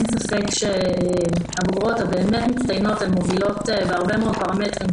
אין ספק שהבוגרות המצטיינות מובילות בהרבה מאוד פרמטרים,